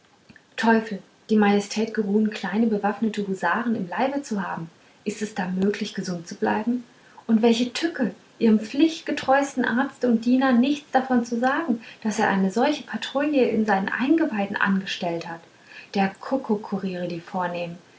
teufel die majestät geruhen kleine bewaffnete husaren im leibe zu haben ist es da möglich gesund zu bleiben und welche tücke ihrem pflichtgetreuesten arzte und diener nichts davon zu sagen daß er eine solche patrouille in seinen eingeweiden angestellt hat der kuckuck kuriere die vornehmen